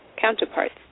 counterparts